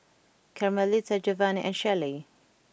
Carmelita Jovani and Shelley